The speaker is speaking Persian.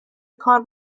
کار